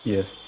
Yes